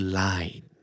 line